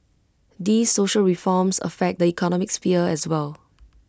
these social reforms affect the economic sphere as well